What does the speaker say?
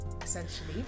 essentially